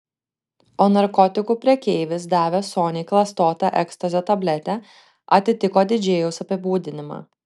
o narkotikų prekeivis davęs soniai klastotą ekstazio tabletę atitiko didžėjaus apibūdinimą